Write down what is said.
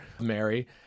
Mary